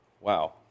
Wow